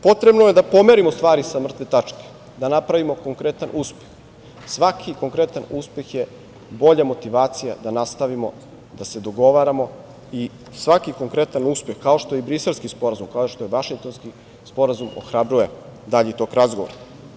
Potrebno je da pomerimo stvari sa mrtve tačke, da napravimo konkretan uspeh, svaki konkretan uspeh je bolja motivacija da nastavimo da se dogovaramo i svaki konkretan uspeh, kao što je i Briselski sporazum, kao što je i Vašingtonski sporazum, ohrabruje dalji tok razgovora.